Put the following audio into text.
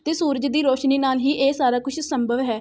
ਅਤੇ ਸੂਰਜ ਦੀ ਰੋਸ਼ਨੀ ਨਾਲ ਹੀ ਇਹ ਸਾਰਾ ਕੁਛ ਸੰਭਵ ਹੈ